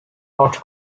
not